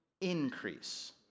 increase